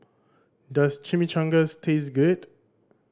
does Chimichangas taste good